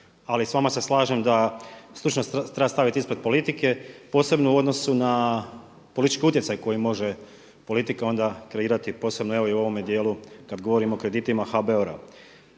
Ali s vama se slažem da stručnost treba staviti ispred politike posebno u odnosu na politički utjecaj koji može politika onda kreirati posebno evo i u ovome djelu kad govorimo o kreditima HBOR-a.